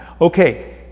Okay